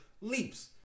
leaps